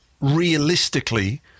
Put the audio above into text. realistically